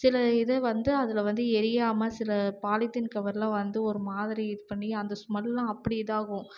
சில இதே வந்து அதில் வந்து எரியாமல் சில பாலித்தீன் கவர்லாம் வந்து ஒரு மாதிரி இது பண்ணி அந்த ஸ்மெல்லாம் அப்படி இதாகும்